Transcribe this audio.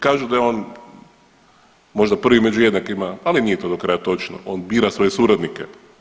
Kažu da je on možda prvi među jednakima, ali nije to do kraja točno, on bira svoje suradnike.